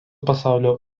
pasaulio